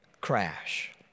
Crash